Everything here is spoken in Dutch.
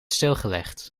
stilgelegd